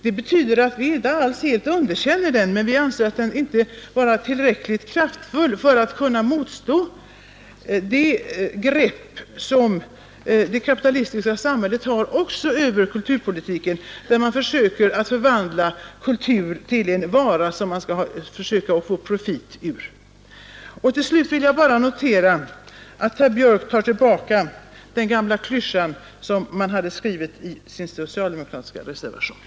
Det betyder inte alls att vi helt underkänner den, men vi anser den inte vara tillräckligt kraftfull för att kunna motstå det grepp som det kapitalistiska samhället har också över kulturpolitiken, med hjälp av vilket man vill förvandla kultur till en vara som man försöker få profit av. Till sist vill jag bara notera att herr Björk tar tillbaka den gamla klyschan som finns inskriven i den socialdemokratiska reservationen.